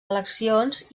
eleccions